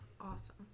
Awesome